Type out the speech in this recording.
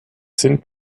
sind